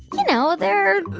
you know, their.